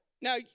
Now